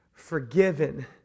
forgiven